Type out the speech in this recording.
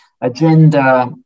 agenda